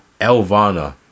Elvana